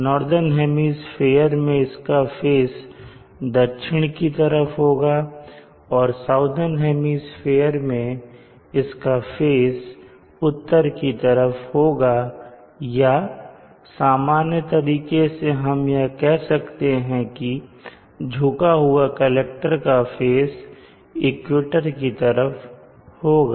northern hemisphere में इसका face दक्षिण की तरफ होगा और साउदर्न हेमिस्फीयर में इसका फेस उत्तर की तरफ होगा या सामान्य तरीके से हम यह कह सकते हैं कि झुका हुआ कलेक्टर का फेस इक्वेटर की तरह होगा